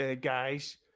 guys